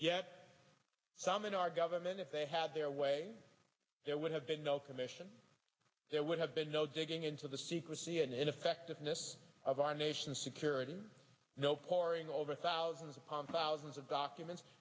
yet some in our government if they had their way there would have been no commission there would have been no digging into the secrecy and ineffectiveness of our nation's security no poring over thousands upon thousands of documents